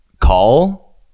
call